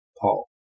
Paul